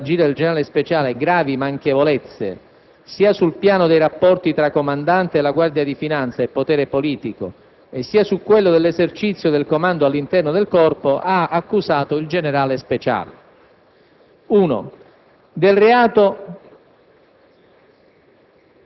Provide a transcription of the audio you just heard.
In particolare, il Ministro dell'economia, dopo aver premesso di aver rilevato nell'agire del generale Speciale "gravi manchevolezze" sia sul piano dei "rapporti tra comandante della Guardia di finanza e potere politico" e sia su quello "dell'esercizio del comando all'interno del Corpo", ha accusato il generale Speciale:...»